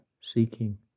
seeking